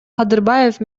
кадырбаев